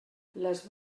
les